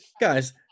guys